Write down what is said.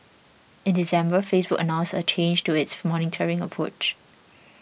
in December Facebook announced a change to its monitoring approach